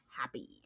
happy